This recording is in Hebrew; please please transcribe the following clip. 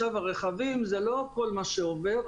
הרכבים זה לא כל מה שעובר,